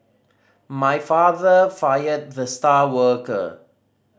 my father fired the star worker